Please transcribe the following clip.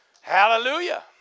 Hallelujah